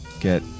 get